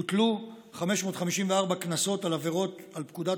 הוטלו 554 קנסות על עבירות על פקודת